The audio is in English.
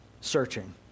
searching